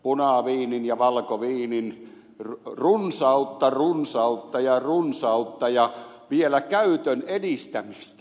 punaviinin ja valkoviinin runsautta runsautta ja runsautta ja vielä käytön edistämistä